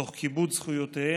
תוך כיבוד זכויותיהם,